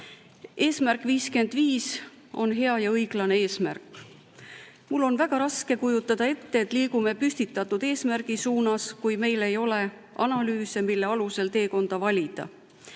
55" on hea ja õiglane eesmärk. Mul on väga raske kujutada ette, et liigume püstitatud eesmärgi suunas, kui meil ei ole analüüse, mille alusel teekonda valida.